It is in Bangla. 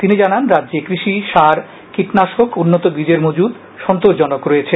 তিনি জানান রাজ্যে কৃষি সার কীটনাশক উন্নত বীজের মজুত সন্তোষজনক রয়েছে